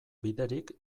biderik